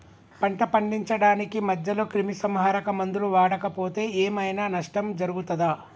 పంట పండించడానికి మధ్యలో క్రిమిసంహరక మందులు వాడకపోతే ఏం ఐనా నష్టం జరుగుతదా?